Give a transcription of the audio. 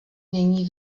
není